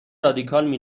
رادیکال